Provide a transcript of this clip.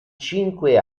cinque